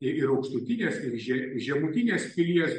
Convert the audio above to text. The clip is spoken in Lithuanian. ir aukštutinės ir že žemutinės pilies